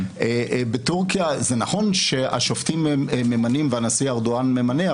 בטורקיה זה נכון שהשופטים ממנים והנשיא ארדואן ממנה,